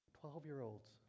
Twelve-year-olds